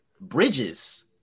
Bridges